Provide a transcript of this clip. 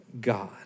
God